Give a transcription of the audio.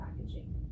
packaging